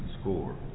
score